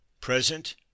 present